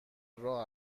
راه